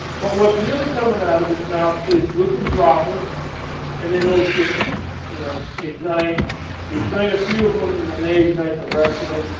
but what's really coming out of his mouth is liquid droplets and those get you know ignite. you ignite a few of them and and they ignite the rest of them.